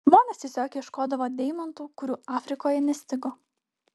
žmonės tiesiog ieškodavo deimantų kurių afrikoje nestigo